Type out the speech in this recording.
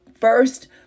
first